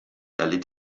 erlitt